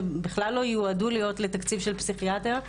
שבכלל לא יועדו להיות לתקציב של פסיכיאטר,